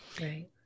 Right